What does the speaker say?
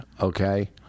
Okay